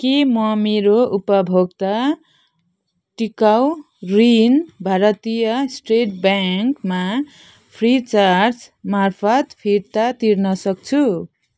के म मेरो उपभोक्ता टिकाउ ऋण भारतीय स्टेट ब्याङ्कमा फ्रिचार्ज मार्फत फिर्ता तिर्न सक्छु